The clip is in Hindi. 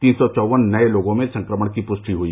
तीन सौ चौवन नये लोगों में संक्रमण की पृष्टि हुई